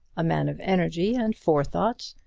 a man of energy and forethought,